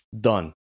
done